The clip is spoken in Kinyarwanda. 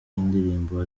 y’indirimbo